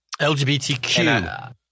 LGBTQ